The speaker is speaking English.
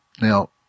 Now